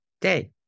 day